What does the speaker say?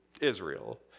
Israel